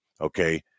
okay